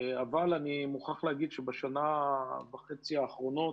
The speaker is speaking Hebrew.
אבל אני מוכרח להגיד שבשנה וחצי אחרונות